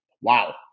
wow